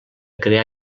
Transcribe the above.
crear